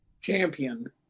champion